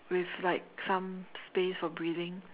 with like some space for breathing